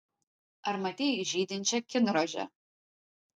ar matei žydinčią kinrožę